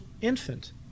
infant